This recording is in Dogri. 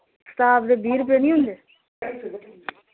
स्टाप दे बीह् रपे निं होंदे